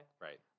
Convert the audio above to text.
Right